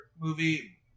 movie